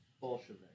Bolshevik